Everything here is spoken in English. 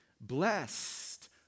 blessed